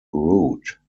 root